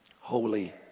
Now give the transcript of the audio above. holy